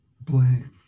blame